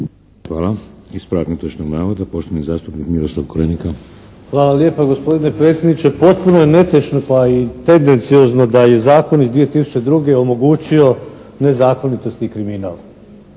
Hvala. Ispravak netočnog navoda, poštovani zastupnik Miroslav Korenika. **Korenika, Miroslav (SDP)** Hvala lijepa gospodine predsjedniče. Potpuno je netočno pa i tendenciozno da je zakon iz 2002. omogućio nezakonitost i kriminal.